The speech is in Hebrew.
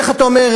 איך אתה אומר,